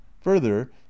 further